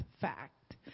fact